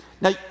Now